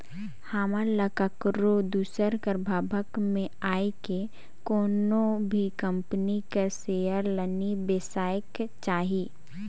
हमन ल काकरो दूसर कर भभक में आए के कोनो भी कंपनी कर सेयर ल नी बेसाएक चाही